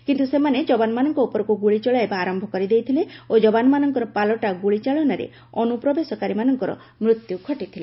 କିନ୍ତୁ ସେମାନେ ଯବାନମାନଙ୍କ ଉପରକୁ ଗୁଳି ଚଳାଇବା ଆରମ୍ଭ କରିଦେଇଥିଲେ ଓ ଯବାନମାନଙ୍କ ପାଲଟା ଗୁଳି ଚାଳନାରେ ଅନୁପ୍ରବେଶକାରୀମାନଙ୍କର ମୃତ୍ୟୁ ଘଟିଥିଲା